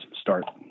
start